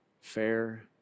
fair